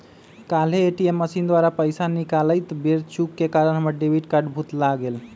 काल्हे ATM machine द्वारा पइसा निकालइत बेर चूक के कारण हमर डेबिट कार्ड भुतला गेल